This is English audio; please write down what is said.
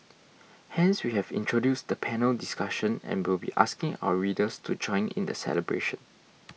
hence we have introduced the panel discussion and will be asking our readers to join in the celebration